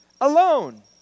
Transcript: alone